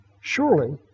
Surely